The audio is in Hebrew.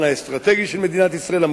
אסטרטגי-מודיעיני של מדינת ישראל,